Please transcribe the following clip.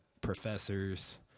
professors